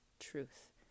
truth